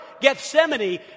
Gethsemane